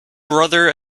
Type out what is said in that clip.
brother